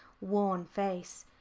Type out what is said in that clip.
worn face,